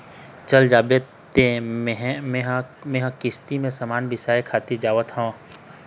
चल जाबे तें मेंहा किस्ती म समान बिसाय खातिर जावत हँव